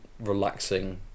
relaxing